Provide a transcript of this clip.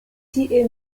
tie